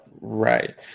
Right